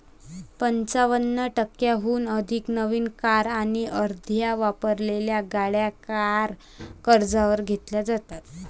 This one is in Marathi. पंचावन्न टक्क्यांहून अधिक नवीन कार आणि अर्ध्या वापरलेल्या गाड्या कार कर्जावर घेतल्या जातात